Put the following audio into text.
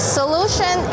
solution